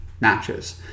matches